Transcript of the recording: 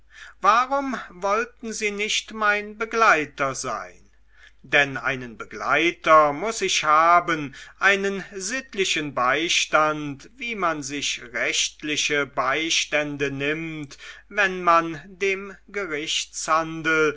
warum wollten sie nicht mein begleiter sein denn einen begleiter muß ich haben einen sittlichen beistand wie man sich rechtliche beistände nimmt wenn man dem